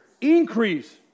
increase